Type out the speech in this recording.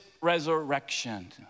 resurrection